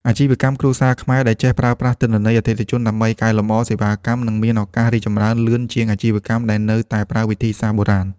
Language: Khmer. អាជីវកម្មគ្រួសារខ្មែរដែលចេះប្រើប្រាស់ទិន្នន័យអតិថិជនដើម្បីកែលម្អសេវាកម្ម នឹងមានឱកាសរីកចម្រើនលឿនជាងអាជីវកម្មដែលនៅតែប្រើវិធីសាស្ត្របុរាណ។